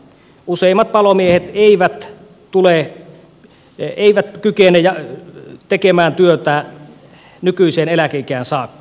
useimmat palomiehet eivät kykene tekemään työtä nykyiseen eläkeikään saakka